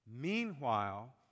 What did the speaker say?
Meanwhile